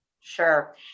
Sure